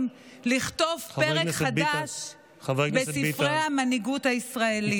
לכתוב פרק חדש בספרי המנהיגות הישראלית.